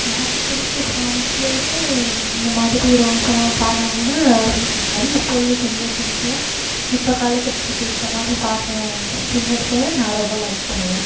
எனக்கு பிடிச்ச சாங்ஸ்லேயுமே இந்த மாதிரி ரோல்ஸ் எல்லாம் பாட்றவங்கள ரொம்ப பிடிக்கும் அதுவும் இப்போ உள்ள ஜென்ரேஷன்ஸில் இப்போ காலகட்டத்துக்கு ஏற்ற மாதிரி பாடுற சிங்கர்ஸை நான் ரொம்ப லைக் பண்ணுவேன்